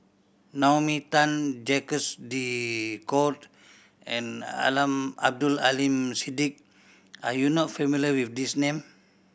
Naomi Tan Jacques De Court and Abdul Aleem Siddique are you not familiar with these name